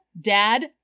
Dad